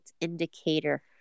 indicator